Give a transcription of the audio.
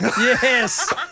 Yes